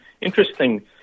interesting